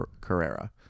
Carrera